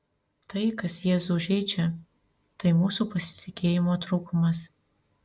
tai kas jėzų žeidžia tai mūsų pasitikėjimo trūkumas